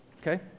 Okay